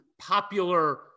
popular